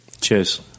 Cheers